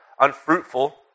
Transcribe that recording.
unfruitful